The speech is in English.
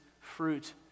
fruit